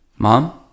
Mom